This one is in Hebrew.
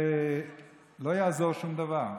ולא יעזור שום דבר.